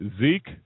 Zeke